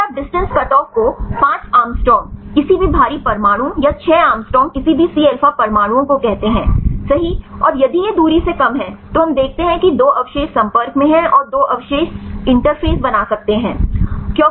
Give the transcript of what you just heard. फिर आप distance cutoff को 5 एंगस्ट्रॉम किसी भी भारी परमाणु या 6 एंगस्ट्रॉम किसी भी सी अल्फा परमाणुओं को कहते हैं सही और यदि यह दूरी से कम है तो हम देखते हैं कि 2 अवशेष संपर्क में हैं और 2 अवशेष इंटरफ़ेस बना सकते हैं